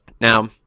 Now